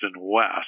west